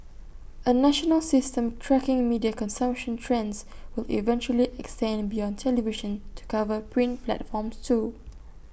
A national system tracking media consumption trends will eventually extend beyond television to cover print platforms too